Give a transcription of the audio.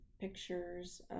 pictures